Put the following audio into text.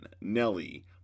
Nelly